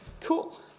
Cool